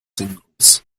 singles